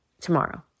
tomorrow